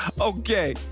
Okay